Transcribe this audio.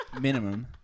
Minimum